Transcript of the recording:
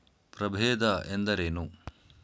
ಪ್ರಭೇದ ಎಂದರೇನು?